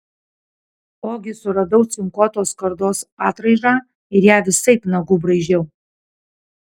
ogi suradau cinkuotos skardos atraižą ir ją visaip nagu braižiau